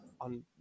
on